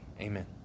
Amen